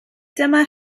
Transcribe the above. dyma